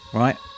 right